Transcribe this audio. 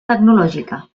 tecnològica